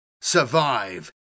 Survive